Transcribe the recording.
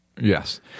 Yes